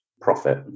profit